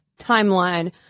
timeline